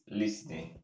listening